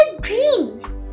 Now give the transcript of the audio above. dreams